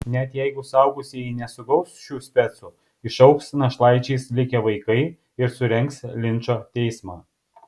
net jeigu suaugusieji nesugaus šių specų išaugs našlaičiais likę vaikai ir surengs linčo teismą